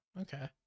Okay